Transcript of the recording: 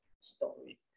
story